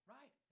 Right